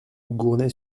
gournay